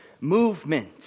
movement